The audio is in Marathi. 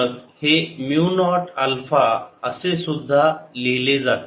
हे ड्रेक सहगुणक हे म्यु नॉट अल्फा असेसुद्धा लिहिली जाते